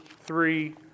three